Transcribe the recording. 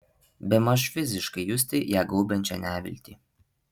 bemaž fiziškai justi ją gaubiančią neviltį